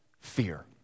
fear